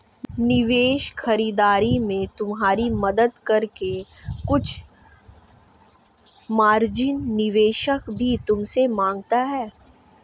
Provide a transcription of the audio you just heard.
निवेश खरीदारी में तुम्हारी मदद करके कुछ मार्जिन निवेशक भी तुमसे माँगता है